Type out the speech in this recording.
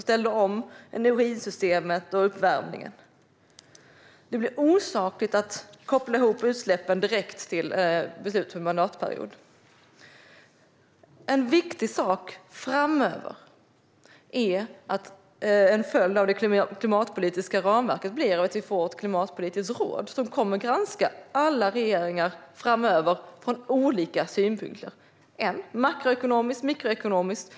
Vi ställde om energisystemet och uppvärmningen. Det är osakligt att koppla utsläppen direkt till beslut under den här mandatperioden. Som en följd av det klimatpolitiska ramverket ska det inrättas ett klimatpolitiskt råd som kommer att granska alla regeringar framöver från olika synvinklar, från en makroekonomisk och en mikroekonomisk synvinkel.